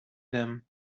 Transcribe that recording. them